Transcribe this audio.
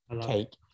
cake